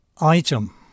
Item